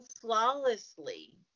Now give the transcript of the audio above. flawlessly